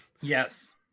Yes